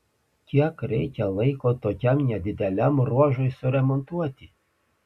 kiek reikia laiko tokiam nedideliam ruožui suremontuoti